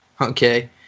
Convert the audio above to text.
okay